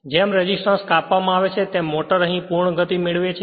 જેમ રેસિસ્ટન્સ કાપવામાં આવે છે તેમ મોટર અહીં પૂર્ણ ગતિ મેળવે છે